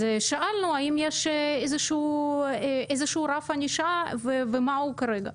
אנחנו שאלנו האם יש איזשהו רף ענישה, ומהו כרגע.